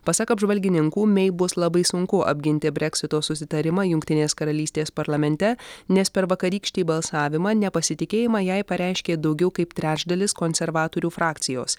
pasak apžvalgininkų mei bus labai sunku apginti breksito susitarimą jungtinės karalystės parlamente nes per vakarykštį balsavimą nepasitikėjimą jai pareiškė daugiau kaip trečdalis konservatorių frakcijos